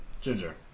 Ginger